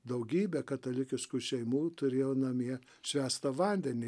daugybė katalikiškų šeimų turėjo namie švęstą vandenį